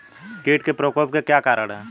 कीट के प्रकोप के क्या कारण हैं?